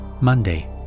Monday